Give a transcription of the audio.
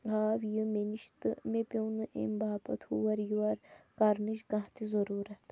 آو یہِ مےٚ نِش تہٕ مےٚ پیوٚو نہٕ اَمہِ پابَت ہور یور کَرنٕچ کانٛہہ تہِ ضٔروٗرت